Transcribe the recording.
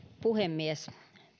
puhemies